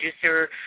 producer